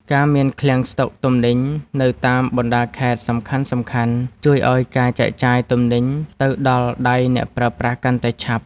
ការមានឃ្លាំងស្តុកទំនិញនៅតាមបណ្តាខេត្តសំខាន់ៗជួយឱ្យការចែកចាយទំនិញទៅដល់ដៃអ្នកប្រើប្រាស់កាន់តែឆាប់។